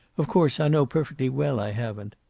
of course i know perfectly well i haven't.